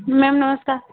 ma'am ନମସ୍କାର୍